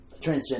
Transgender